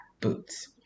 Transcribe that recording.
boots